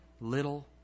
little